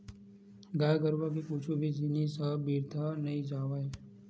गाय गरुवा के कुछु भी जिनिस ह बिरथा नइ जावय